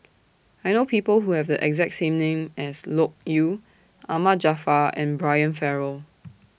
I know People Who Have The exact name as Loke Yew Ahmad Jaafar and Brian Farrell